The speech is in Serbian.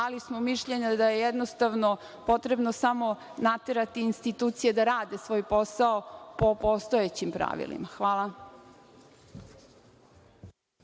ali smo mišljenja da je jednostavno potrebno samo naterati institucije da rade svoj posao po postojećim pravilima. Hvala.